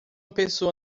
pessoa